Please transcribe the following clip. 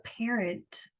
parent